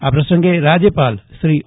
આ પ્રસંગે રાજ્યપાલ શ્રી ઓ